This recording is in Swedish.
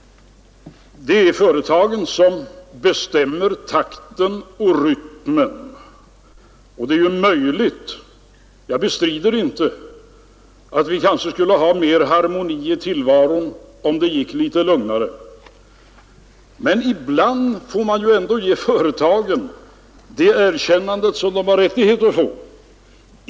Det är företagen som bestämmer takten och rytmen, och det är ju möjligt — jag bestrider det inte — att vi skulle ha mera harmoni i tillvaron, om det gick litet lugnare. Men ibland får man ändå ge företagen det erkännande som de har rättighet att få.